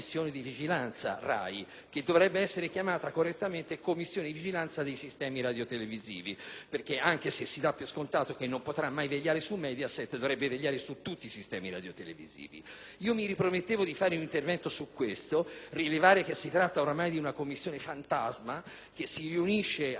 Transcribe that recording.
che dovrebbe essere chiamata correttamente Commissione per la vigilanza dei sistemi radiotelevisivi, perché, anche se si dà per scontato che non potrà mai vigilare su Mediaset, dovrebbe vigilare su tutti i sistemi radiotelevisivi. Io stesso mi ero ripromesso di intervenire su questo tema e sul fatto che si tratta ormai di una Commissione fantasma, ombra, che si riunisce a piacere di un Presidente,